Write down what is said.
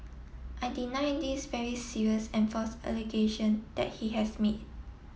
I deny this very serious and false allegation that he has made